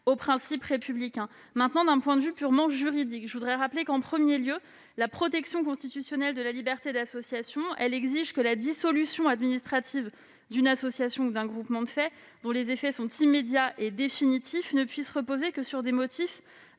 aux principes républicains. Toutefois, d'un point de vue purement juridique, je rappelle en premier lieu que la protection constitutionnelle de la liberté d'association exige que la dissolution administrative d'une association ou d'un groupement de fait, dont les effets sont immédiats et définitifs, ne puisse reposer que sur des motifs